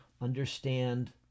understand